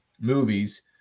movies